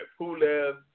Pulev